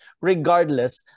regardless